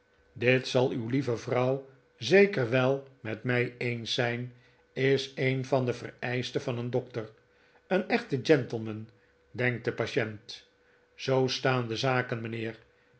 dit zal uwf lieve vrouw zeker wel met mij eens zijn is een van de eerste vereischten van een dokter een echte gentleman denkt de patient zoo staan de zaken mijnheer